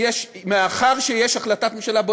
מאחר שיש החלטת ממשלה,